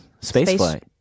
spaceflight